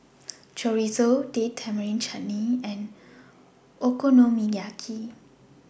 Chorizo Date Tamarind Chutney and Okonomiyaki